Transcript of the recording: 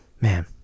Man